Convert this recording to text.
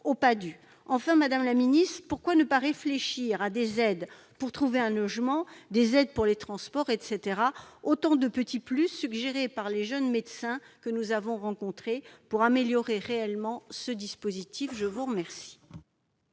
Enfin, madame la ministre, pourquoi ne pas réfléchir à des aides pour trouver un logement, des aides pour les transports, etc., autant de petits plus suggérés par les jeunes médecins que nous avons rencontrés en vue d'améliorer réellement ce dispositif ? La parole